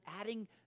adding